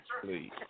please